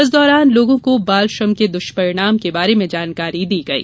इस दौरान लोगों को बाल श्रम के दुष्परिणाम के बारे में जानकारी दी गई